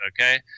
Okay